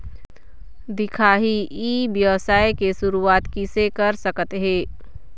दिखाही ई व्यवसाय के शुरुआत किसे कर सकत हे?